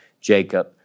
Jacob